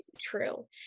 true